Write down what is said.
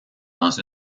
dans